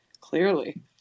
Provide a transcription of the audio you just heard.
Clearly